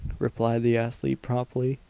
replied the athlete promptly,